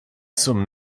zum